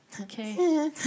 okay